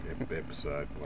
episode